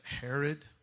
Herod